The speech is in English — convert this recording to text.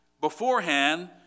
beforehand